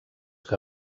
que